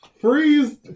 freeze